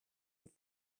with